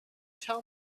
tell